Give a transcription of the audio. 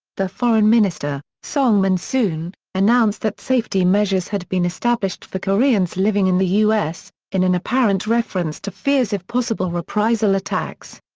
the foreign minister, song minsoon, announced that safety measures had been established for koreans living in the u s, in an apparent reference to fears of possible reprisal attacks.